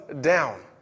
down